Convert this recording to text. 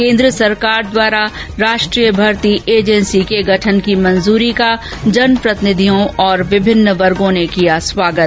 केन्द्र सरकार द्वारा राष्ट्रीय भर्ती एजेंसी के गठन की मंजूरी का जनप्रतिनिधियों और विभिन्न वर्गों ने किया स्वागत